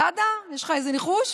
סעדה, יש לך איזה ניחוש?